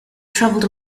traveled